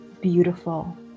beautiful